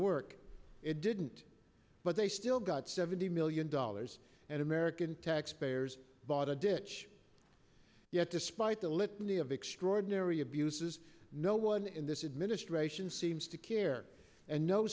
work it didn't but they still got seventy million dollars and american taxpayers bought a ditch yet despite the litany of extraordinary abuses no one in this administration seems to care and no